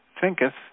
Thinketh